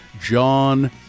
John